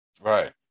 Right